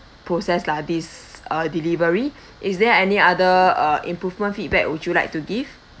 process lah this uh delivery is there any other uh improvement feedback would you like to give